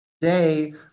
Today